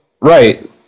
Right